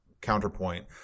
counterpoint